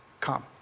come